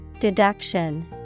Deduction